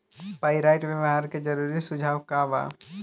Pyrite व्यवहार के जरूरी सुझाव का वा?